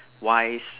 wise